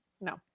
no